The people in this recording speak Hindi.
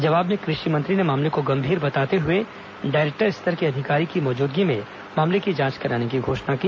जवाब में कृषि मंत्री ने मामले को गंभीर बताते हुए डायरेक्टर स्तर के अधिकारी की मौजूदगी में मामले की जांच कराने की घोषणा की